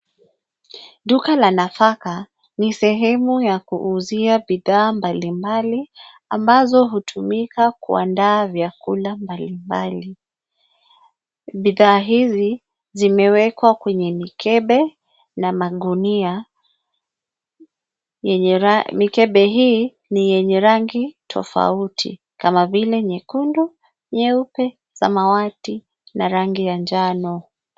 Duka la nafaka ni sehemu ya kuuzia bidhaa mbalimbali ambazo hutumika kuandaa vyakula mbalimbali. Bidhaa hizi zimeekwa kwenye mikebe na magunia. Mikebe hii ni yenye rangi tofauti kama vile nyekundu, nyeupe, samawati na rangi ya jano.